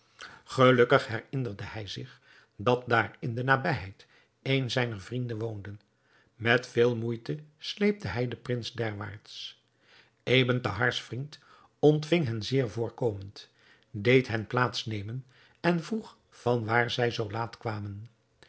gelukkig herinnerde hij zich dat daar in de nabijheid een zijner vrienden woonde met veel moeite sleepte hij den prins derwaarts ebn thahar's vriend ontving hen zeer voorkomend deed hen plaats nemen en vroeg van waar zij zoo laat kwamen